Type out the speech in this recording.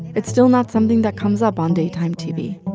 it's still not something that comes up on daytime tv.